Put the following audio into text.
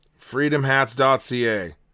freedomhats.ca